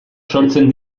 sortzen